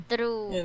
True